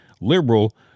liberal